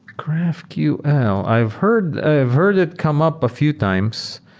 graphql. you know i've heard ah i've heard it come up a few times,